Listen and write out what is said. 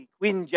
Queen